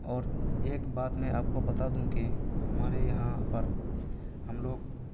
اور ایک بات میں آپ کو بتا دوں کہ ہمارے یہاں پر ہم لوگ